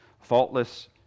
Faultless